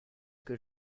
que